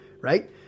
right